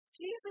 Jesus